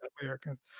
Americans